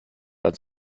ans